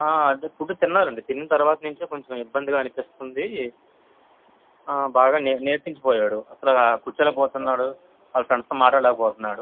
ఆ అదే ఫుడ్ తిన్నారు అండి తినిన తరువాత నుంచే కొంచెం ఇబ్బందిగా అనిపిస్తుంది బాగా నీరసించిపోయాడు అసలు కూర్చోలేకపోతున్నాడు వాళ్ళ ఫ్రెండ్స్తో మాట్లాడలేకపోతున్నాడు